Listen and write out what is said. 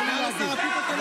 נפגש עם הגברים לפני הנשים.